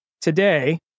Today